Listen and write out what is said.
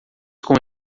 com